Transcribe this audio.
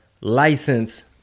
license